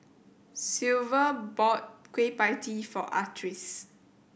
Sylva bought Kueh Pie Tee for Artis